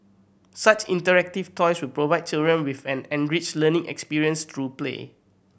such interactive toys will provide children with an enriched learning experience through play